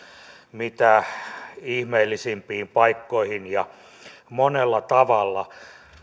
mitä ihmeellisimpiin paikkoihin ja monella tavalla